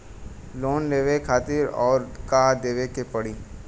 Loan लेवे खातिर अउर का देवे के पड़ी?